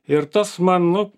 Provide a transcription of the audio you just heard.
ir tas man nu